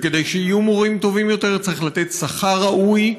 וכדי שיהיו מורים טובים יותר צריך לתת שכר ראוי,